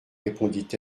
répondit